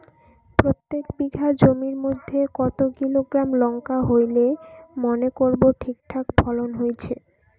প্রত্যেক বিঘা জমির মইধ্যে কতো কিলোগ্রাম লঙ্কা হইলে মনে করব ঠিকঠাক ফলন হইছে?